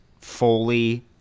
fully